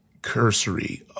cursory